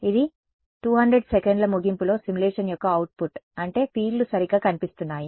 ఇది 200 సెకన్ల ముగింపులో సిమ్యులేషన్ యొక్క అవుట్పుట్ అంటే ఫీల్డ్లు సరిగ్గా కనిపిస్తున్నాయి